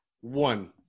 One